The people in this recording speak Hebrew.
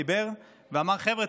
דיבר ואמר: חבר'ה,